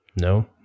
No